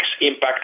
impact